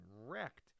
wrecked